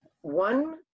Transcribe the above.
one